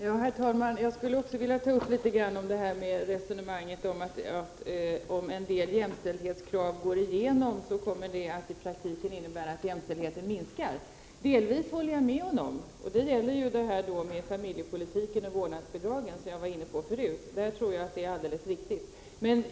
Herr talman! Jag skulle också vilja säga litet om det här resonemanget att om en del jämställdhetskrav går igenom, kommer det att i praktiken innebära att jämställdheten minskar. Delvis håller jag med Gustav Persson. Jag tror att det är alldeles riktigt när det gäller familjepolitiken och vårdnadsbidragen, som jag var inne på i mitt tidigare inlägg.